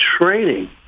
training